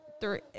three